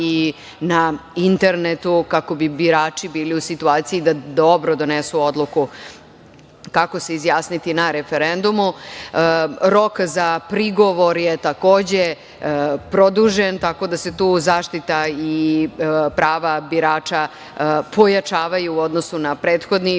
na internetu, kako bi birači bili u situaciji da dobro donesu odluku kako se izjasniti na referendumu. Rok za prigovor je takođe produžen, tako da se tu zaštita prava birača pojačavaju u odnosu na prethodni